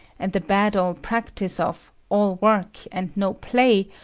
and the bad old practice of all work and no play,